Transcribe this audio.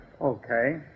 Okay